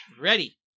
Ready